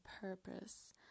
purpose